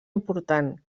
important